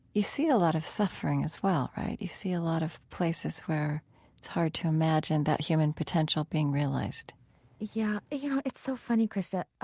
you see a lot of suffering as well, right? you see a lot of places where it's hard to imagine that human potential being realized yeah. you know, it's so funny, krista.